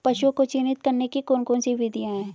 पशुओं को चिन्हित करने की कौन कौन सी विधियां हैं?